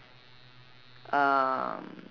um